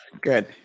Good